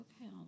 okay